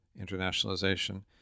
internationalization